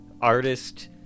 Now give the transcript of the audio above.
artist